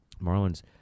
Marlins